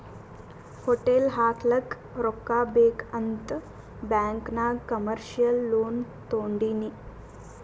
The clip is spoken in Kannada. ಹೋಟೆಲ್ ಹಾಕ್ಲಕ್ ರೊಕ್ಕಾ ಬೇಕ್ ಅಂತ್ ಬ್ಯಾಂಕ್ ನಾಗ್ ಕಮರ್ಶಿಯಲ್ ಲೋನ್ ತೊಂಡಿನಿ